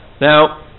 Now